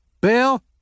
Bell